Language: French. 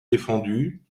défendu